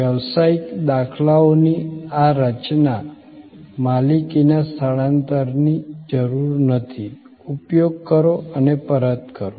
વ્યવસાયિક દાખલાઓની આ રચના માલિકીના સ્થાનાંતરણની જરૂર નથી ઉપયોગ કરો અને પરત કરો